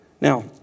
Now